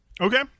Okay